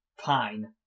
pine